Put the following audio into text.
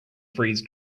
freeze